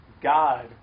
God